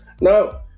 Now